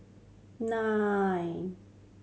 nine